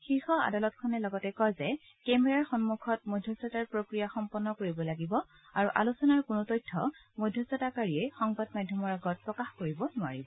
শীৰ্ষ আদালতে লগতে কয় যে কেমেৰাৰ সন্মুখত মধ্যস্থতাৰ প্ৰক্ৰিয়া সম্পন্ন কৰিব লাগিব আৰু আলোচনাৰ কোনো তথ্য মধ্যস্থতাকাৰীয়ে সংবাদ মাধ্যমৰ আগত প্ৰকাশ কৰিব নোৱাৰিব